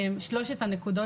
שלושת הגורמים,